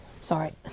Sorry